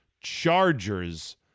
Chargers